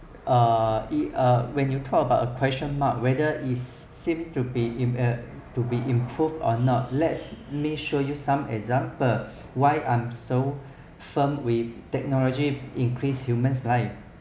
uh he uh when you talk about a question mark whether it's seems to be in a to be improve or not let's me show you some examples why I'm so firm with technology increase humans life